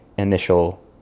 Initial